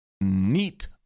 Neat